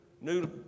new